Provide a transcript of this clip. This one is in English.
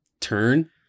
turn